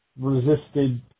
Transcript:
resisted